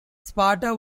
sparta